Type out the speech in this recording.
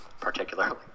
particularly